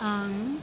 आं